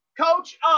Coach